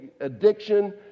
addiction